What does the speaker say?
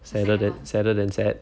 sadder than sadder than sad